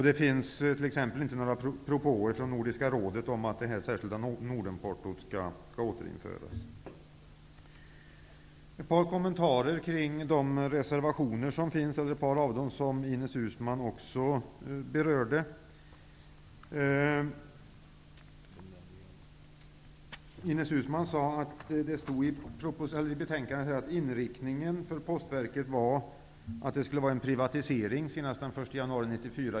Det finns t.ex. inte några propåer från Nordiska rådet om att det särskilda Jag vill kommentera ett par av de reservationer som Ines Uusmann också berörde. Ines Uusmann sade att det i betänkandet anfördes att inriktningen för Postverket var att det skall ske en privatisering senast den 1 januari 1994.